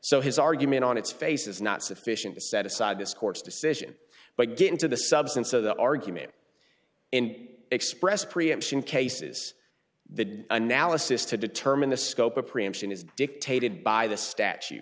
so his argument on its face is not sufficient to set aside this court's decision but get into the substance of the argument in express preemption cases the analysis to determine the scope of preemption is dictated by the statu